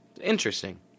Interesting